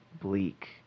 bleak